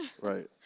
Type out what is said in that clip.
Right